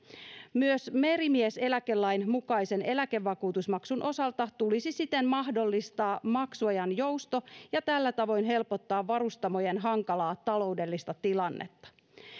myös merimieseläkelain mukaisen eläkevakuutusmaksun osalta tulisi siten mahdollistaa maksuajan jousto ja tällä tavoin helpottaa varustamojen hankalaa taloudellista tilannetta